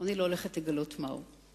אני לא הולכת לגלות מהו,